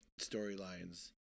storylines